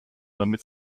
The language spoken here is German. damit